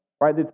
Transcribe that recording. right